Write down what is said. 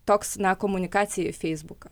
toks na komunikacija į feisbuką